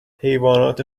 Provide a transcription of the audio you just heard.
حیوانات